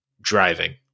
driving